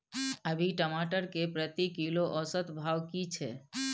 अभी टमाटर के प्रति किलो औसत भाव की छै?